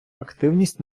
активність